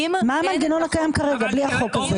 אם אין את החוק --- מה המנגנון הקיים כרגע בלי החוק הזה?